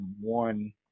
one